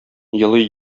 елый